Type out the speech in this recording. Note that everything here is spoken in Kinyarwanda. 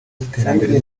z’iterambere